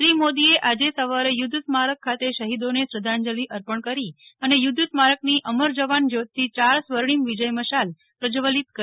શ્રી મોદીએ આજે સવારે યુધ્ધ સ્મારક ખાતે શહીદોને શ્રદ્ધાંજલિ અર્પણ કરી અને યુધ્ધ સ્મારકની અમર જવાન જ્યોતથી ચાર સ્વર્ણિમ વિજય મશાલ પ્રજ્વલિત કરી